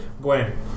Gwen